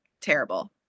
terrible